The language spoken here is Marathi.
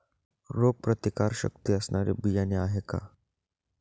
रोगप्रतिकारशक्ती असणारी बियाणे आहे का?